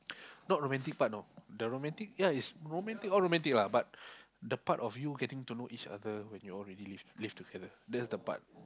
not romantic part you know the romantic ya it's romantic all romantic lah but the part of you getting to know each other when you all already live live together